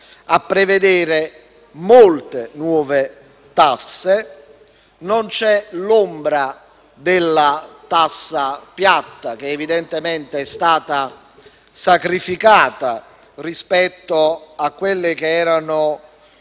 a prevedere molte nuove tasse. Non c'è l'ombra della tassa piatta, che evidentemente è stata sacrificata rispetto a quelle che erano